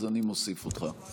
אז אני מוסיף אותך.